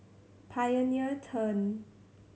Pioneer Turn